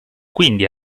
quindi